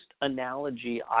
analogy –